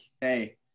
hey